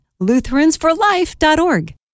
Lutheransforlife.org